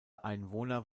einwohner